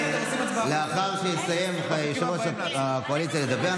לאחר שיו"ר הקואליציה יסיים לדבר,